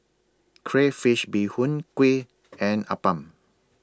Crayfish Beehoon Kuih and Appam